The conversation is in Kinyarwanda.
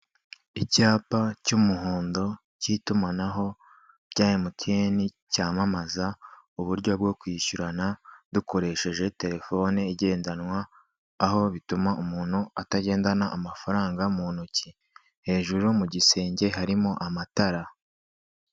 Icyapa cy'umuhondo cy'itumanaho rya MTN cyamamaza uburyo bwo kwishyurana dukoresheje telefone igendanwa, aho bituma umuntu atagendana amafaranga mu ntoki, hejuru mu gisenge harimo amatara.